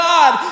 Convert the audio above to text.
God